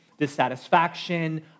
dissatisfaction